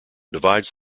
divides